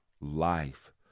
life